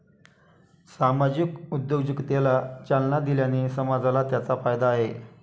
सामाजिक उद्योजकतेला चालना दिल्याने समाजाला त्याचा फायदा आहे